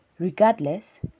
Regardless